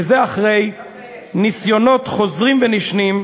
וזה אחרי ניסיונות חוזרים ונשנים,